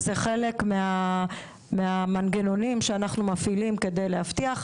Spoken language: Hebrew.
אז זה חלק מהמנגנונים שאנחנו מפעילים כדי להבטיח.